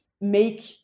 make